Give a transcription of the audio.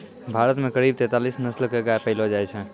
भारत मॅ करीब तेतालीस नस्ल के गाय पैलो जाय छै